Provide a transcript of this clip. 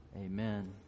Amen